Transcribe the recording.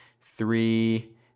three